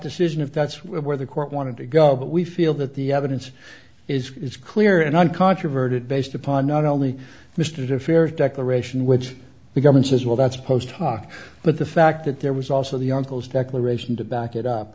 decision if that's where the court wanted to go but we feel that the evidence is clear and uncontroverted based upon not only mr de fer declaration which he governs as well that's post hoc but the fact that there was also the uncle's declaration to back it up